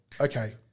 okay